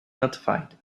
notified